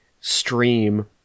stream